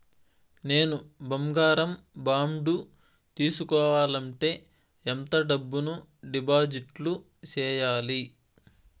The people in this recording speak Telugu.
నేను బంగారం బాండు తీసుకోవాలంటే ఎంత డబ్బును డిపాజిట్లు సేయాలి?